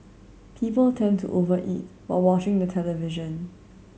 people tend to over eat while watching the television